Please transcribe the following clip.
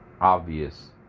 obvious